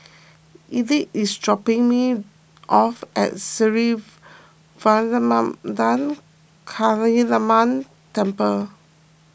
Ethyle is dropping me off at Sri Vairavimada Kaliamman Temple